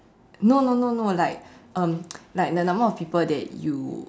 no no no no no like um like the number of people that you